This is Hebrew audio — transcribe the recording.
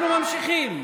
אנחנו ממשיכים.